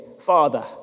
Father